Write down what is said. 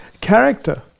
character